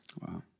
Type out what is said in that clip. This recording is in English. Wow